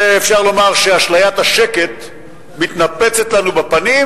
ואפשר לומר שאשליית השקט מתנפצת לנו בפנים,